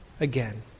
again